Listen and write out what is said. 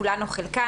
כולן או חלקן,